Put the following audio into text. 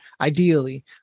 Ideally